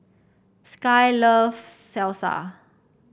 Skye loves Salsa